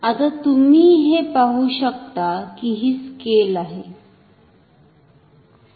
आता तुम्ही हे पाहू शकता की ही स्केल आहे